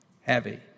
Heavy